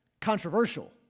controversial